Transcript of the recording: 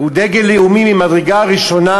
הוא דגל לאומי ממדרגה ראשונה,